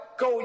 go